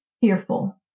fearful